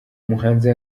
umuhanzi